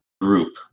group